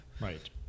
Right